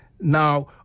Now